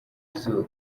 izuba